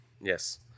Yes